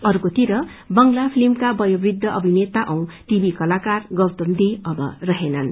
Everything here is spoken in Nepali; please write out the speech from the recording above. अर्कोतिर बंगला फिल्मका बयोवृद्ध अभिनेता औ टीभी कलाकार गौतम दे अब रहेनन्